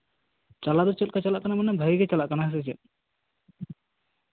ᱪᱟᱞᱟᱣ ᱫᱚ ᱪᱮᱫ ᱠᱟ ᱪᱟᱞᱟᱜ ᱠᱟᱱᱟ ᱵᱷᱟᱹᱜᱤ ᱥᱮ ᱪᱮᱜ